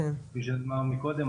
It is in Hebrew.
כפי שנאמר קודם,